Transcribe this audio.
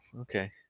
Okay